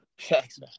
Thanks